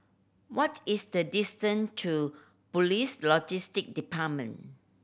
what is the distance to Police Logistic Department